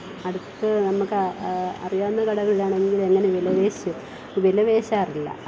അടുത്ത് നമുക്ക് അറിയാവുന്ന കടകളിലാണെങ്കില് എങ്ങനെ വിലപേശും വിലപേശാറില്ല